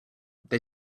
they